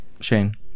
Shane